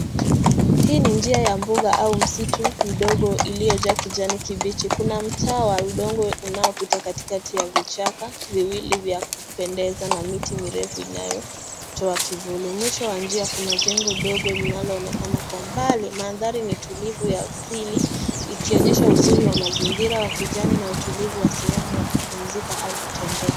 Hii ni njia ya mbuga au msitu mdogo iliyojaa kijani kibichi. Kuna mtaa wa udongo unaopita katikati ya vichaka viwili vya kupendeza na miti miti mirefu inayotoa kipuli. Mwisho wa njia kuna jengo dogo linaloonekana kwa mbali. Mandhari ni tulivu ya asili ikionyesha uzuri ya mazingira ya kijani na utulivu wa sehemu ya kupumzika au kutembea.